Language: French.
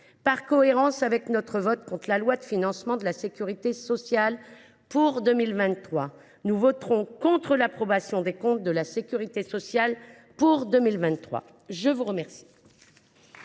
Par cohérence avec notre vote contre la loi de financement de la sécurité sociale pour 2023, nous voterons contre l’approbation des comptes de la sécurité sociale pour 2023. La parole